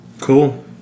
Cool